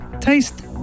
taste